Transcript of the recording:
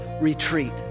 retreat